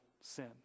sin